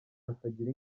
batagira